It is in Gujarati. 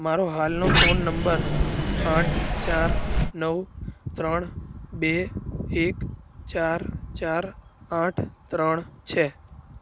મારો હાલનો ફોન નંબર આઠ ચાર નવ ત્રણ બે એક ચાર ચાર આઠ ત્રણ છે